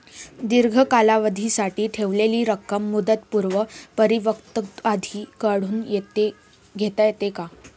दीर्घ कालावधीसाठी ठेवलेली रक्कम मुदतपूर्व परिपक्वतेआधी काढून घेता येते का?